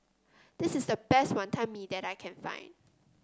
this is the best Wantan Mee that I can find